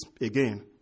again